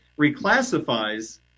reclassifies